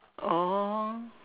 oh